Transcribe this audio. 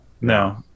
No